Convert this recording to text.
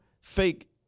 fake